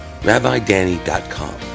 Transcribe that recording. rabbidanny.com